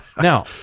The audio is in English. Now